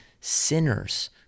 sinners